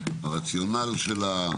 את הרציונל שלה,